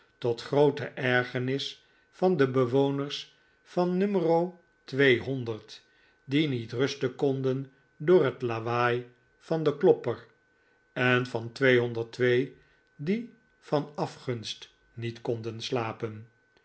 tot groote ergernis van de bewoners van n die niet rusten konden door het lawaai van den klopper en van die van afgunst niet konden slapen